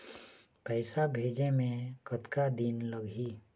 पैसा भेजे मे कतका दिन लगही?